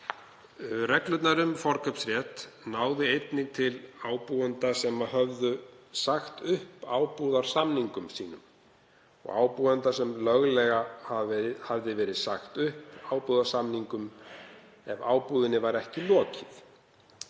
Reglurnar um forkaupsrétt náðu einnig til ábúenda sem höfðu sagt upp ábúðarsamningum sínum og ábúenda sem löglega hafði verið sagt upp ábúðarsamningum ef ábúðinni var ekki lokið.